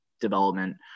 development